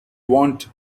want